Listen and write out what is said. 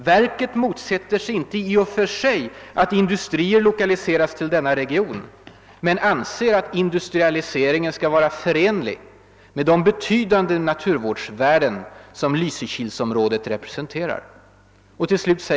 ——— Verket motsätter sig inte i och för sig att industrier lokaliseras till denna region men anser att industrialiseringen skall vara förenlig med de betydande naturvårdsvärden som Lysekilsområdet representerar.